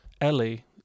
Ellie